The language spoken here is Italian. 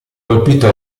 colpito